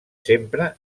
sempre